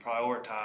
prioritize